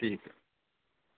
ठीक है